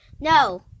No